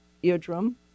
eardrum